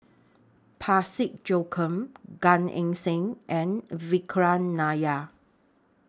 Parsick Joaquim Gan Eng Seng and Vikram Nair